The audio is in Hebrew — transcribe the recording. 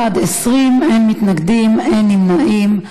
בעד, 20, אין מתנגדים, אין נמנעים.